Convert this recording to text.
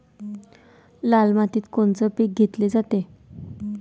लाल मातीत कोनचं पीक घेतलं जाते?